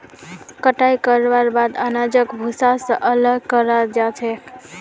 कटाई करवार बाद अनाजक भूसा स अलग कराल जा छेक